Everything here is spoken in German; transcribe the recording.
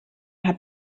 hat